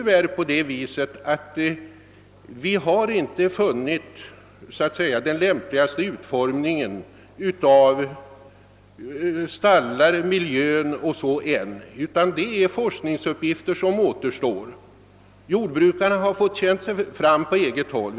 Vi har ännu inte funnit den lämpligaste utformningen av stallar och miljö. Det är uppgifter som ännu återstår för forskningen. Hittills har jordbrukarna i stort sett fått pröva sig fram på egen hand.